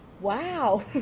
wow